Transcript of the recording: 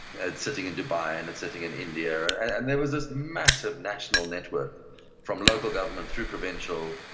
ah it's sitting in dubai and it's sitting in india, and there was this massive national network from local government, through provincial,